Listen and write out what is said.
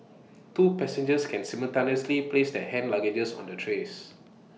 two passengers can simultaneously place their hand luggage on the trays